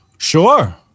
Sure